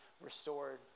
restored